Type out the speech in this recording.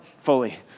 fully